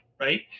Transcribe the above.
right